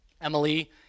Emily